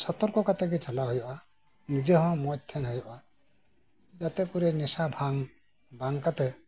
ᱮᱱᱦᱚᱸ ᱠᱷᱩᱵ ᱥᱚᱛᱚᱨ ᱠᱚ ᱠᱟᱛᱮ ᱪᱟᱞᱟᱣ ᱦᱩᱭᱩᱜᱼᱟ ᱱᱤᱡᱮ ᱦᱚᱸ ᱢᱚᱸᱡ ᱛᱟᱦᱮᱱ ᱦᱩᱭᱩᱜᱼᱟ ᱜᱟᱛᱮ ᱠᱚᱨᱮ ᱱᱮᱥᱟ ᱵᱟᱝ ᱠᱟᱛᱮ